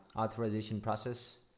authorization process,